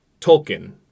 Tolkien